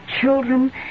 children